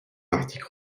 l’article